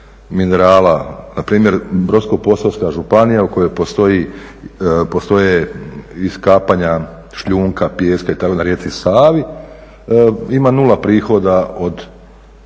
minerala. Npr. Brodsko-posavska županija u kojoj postoje iskapanja šljunka, pijeska na rijeci Savi ima 0 prihoda od